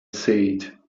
said